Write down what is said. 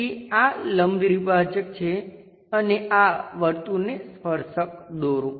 તેથી આ લંબદ્વિભાજક છે અને આ વર્તુળને સ્પર્શક દોરો